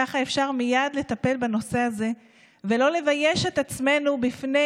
ככה אפשר מייד לטפל בנושא הזה ולא לבייש את עצמנו בפני